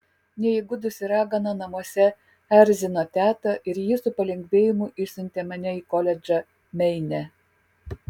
neįgudusi ragana namuose erzino tetą ir ji su palengvėjimu išsiuntė mane į koledžą meine